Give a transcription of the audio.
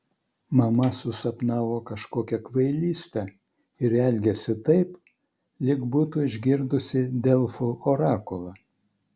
mama susapnavo kažkokią kvailystę ir elgiasi taip lyg būtų išgirdusi delfų orakulą